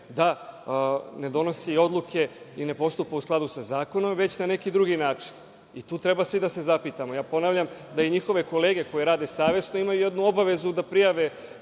da ne donosi odluke i ne postupa u skladu sa zakonom, već na neki drugi način i tu treba svi da se zapitamo. Ponavljam, da i njihove kolege koje rade savesno imaju jednu obavezu da prijave